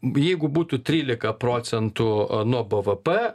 jeigu būtų trylika procentų nuo b v p